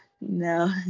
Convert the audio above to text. No